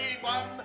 one